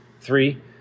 Three